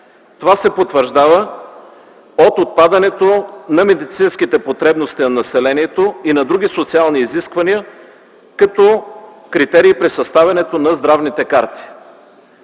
Това се потвърждава от отпадането на медицинските потребности на населението и на други социални изисквания като критерии при съставянето на здравните карти.